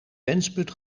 wensput